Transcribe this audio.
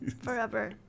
forever